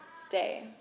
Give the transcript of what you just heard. stay